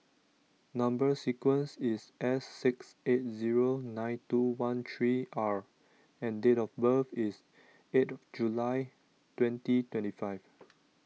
Number Sequence is S six eight zero nine two one three R and date of birth is eight July twenty twenty five